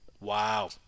Wow